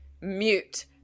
mute